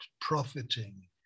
profiting